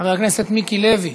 חבר הכנסת מיקי לוי,